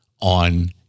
on